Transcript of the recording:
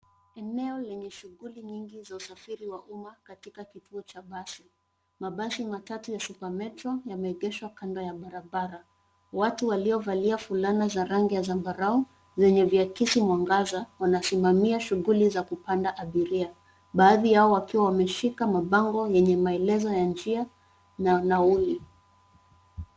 Eneo lenye shughuli nyingi za usafiri wa umma katika kituo cha basi. Mabasi matatu ya Super Metro yameegeshwa kando ya barabara. Watu waliovalia fulana za rangi ya zambarau yenye viakisi mwangaza wanasimamia shughuli za kupanda abiria; baadhi yao wakiwa wameshika mabango ya maelezo ya njia na nauli.